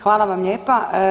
Hvala vam lijepa.